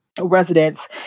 residents